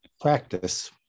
practice